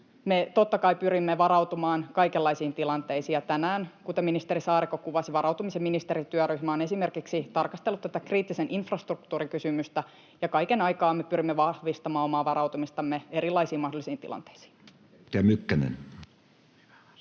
Me, totta kai, pyrimme varautumaan kaikenlaisiin tilanteisiin, ja tänään, kuten ministeri Saarikko kuvasi, varautumisen ministerityöryhmä on esimerkiksi tarkastellut tätä kriittisen infrastruktuurin kysymystä, ja kaiken aikaa me pyrimme vahvistamaan omaa varautumistamme erilaisiin mahdollisiin tilanteisiin.